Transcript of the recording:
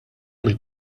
mill